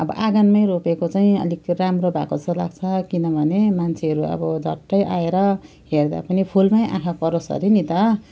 अब आँगनमा रोपेको चाहिँ अलिक राम्रो भएको छ लाग्छ किनभने मान्छेहरू अब झट्ट आएर हेर्दा पनि फुलमा आँखा परोस् अरे नि त